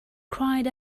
cried